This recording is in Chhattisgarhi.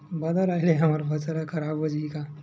बादर आय ले हमर फसल ह खराब हो जाहि का?